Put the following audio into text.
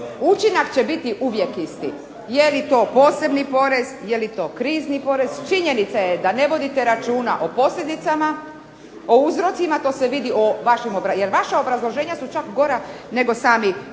Učinak će uvijek biti isti. Jel to posebni porez, jel to krizni porez. Činjenica je da ne vodite računa o posljedicama, o uzrocima to se vidi. Jer vaša obrazloženja su gora nego sami